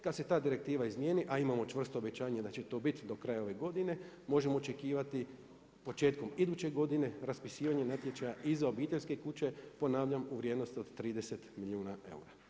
Kad se ta direktiva izmjeni, a imamo čvrsto obećanje da će to biti do kraja ove godine, možemo očekivati početkom iduće godine raspisivanje natječaja i za obiteljske kuće, ponavljam u vrijednosti od 30 milijuna eura.